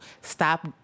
stop